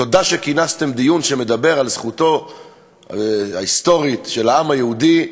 תודה שכינסתם דיון שמדבר על זכותו ההיסטורית של העם היהודי.